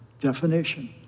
definition